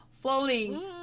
floating